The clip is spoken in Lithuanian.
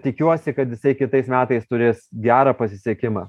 tikiuosi kad jisai kitais metais turės gerą pasisekimą